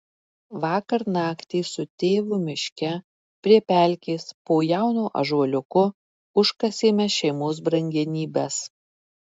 vakar naktį su tėvu miške prie pelkės po jaunu ąžuoliuku užkasėme šeimos brangenybes